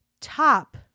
top